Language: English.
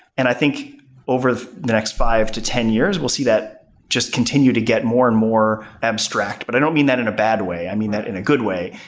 and i think over the next five to ten years, we'll see that just continue to get more and more abstract. but i don't mean that in a bad way. i mean that in a good way.